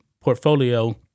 portfolio